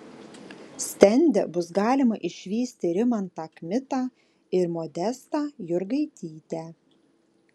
stende bus galima išvysti rimantą kmitą ir modestą jurgaitytę